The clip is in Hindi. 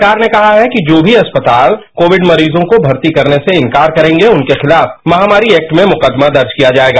सरकार ने कहा है कि जो भी अस्पताल कोविड मरीजों को भर्ती करनेसे इन्कार करेंगे उनके खिलाफ महामारी एक्ट में मुकदमा दर्ज किया जाएगा